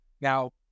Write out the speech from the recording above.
Now